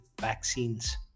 vaccines